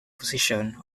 position